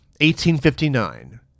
1859